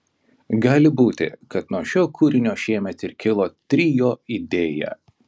gali būti kad nuo šio kūrinio šiemet ir kilo trio idėja